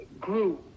grew